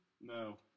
No